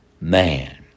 man